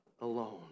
alone